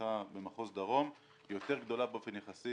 שנפתחה במחוז דרום היא יותר גדולה באופן יחסי